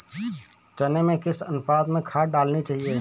चने में किस अनुपात में खाद डालनी चाहिए?